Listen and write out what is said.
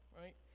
right